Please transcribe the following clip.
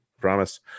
promise